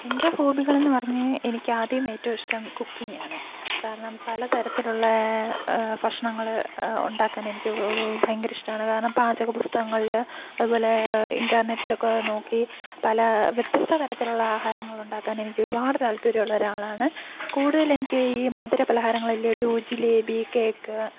എൻ്റെ ഹോബികൾ എന്ന് പറഞ്ഞ് എനിക്ക് ആദ്യം ഏറ്റവും ഇഷ്ടം കുക്കിംഗാണ് കാരണം പല തരത്തിലുള്ള ഭക്ഷണങ്ങൾ ഉണ്ടാക്കാൻ എനിക്ക് ഭയങ്കര ഇഷ്ടമാണ് കാരണം പാചക പുസ്തകങ്ങളിൽ അതുപോലെ ഇൻ്റർനെറ്റിലൊക്കെ നോക്കി പല വ്യത്യസ്ത തരത്തിലുള്ള ആഹാരങ്ങൾ ഉണ്ടാക്കാൻ എനിക്ക് ഒരുപാട് താല്പര്യമുള്ള ഒരാളാണ് കൂടുതൽ എനിക്ക് ഈ മധുരപലഹാരങ്ങൾ ലഡു ജിലേബി കേക്ക്